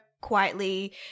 quietly